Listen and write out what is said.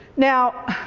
now,